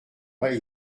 pas